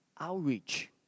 outreach